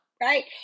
right